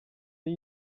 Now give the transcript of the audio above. the